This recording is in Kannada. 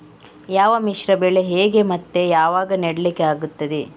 ಯಾವ ಮಿಶ್ರ ಬೆಳೆ ಹೇಗೆ ಮತ್ತೆ ಯಾವಾಗ ನೆಡ್ಲಿಕ್ಕೆ ಆಗ್ತದೆ?